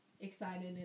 excited